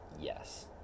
yes